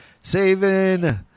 Saving